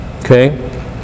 okay